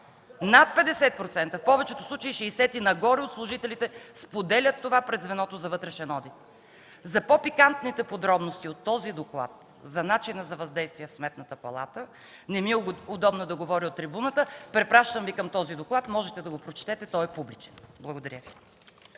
Над 50%, в повечето случаи 60% и нагоре, от служителите споделят това пред звеното за вътрешен одит. За по-пикантните подробности от този доклад за начина за въздействие в Сметната палата не ми е удобно да говоря от трибуната, препращам Ви към този доклад. Можете да го прочетете, той е публичен. Благодаря.